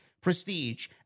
prestige